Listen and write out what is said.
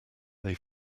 they